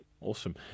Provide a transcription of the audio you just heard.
Awesome